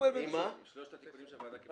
עם שלושת התיקונים שהוועדה קיבלה.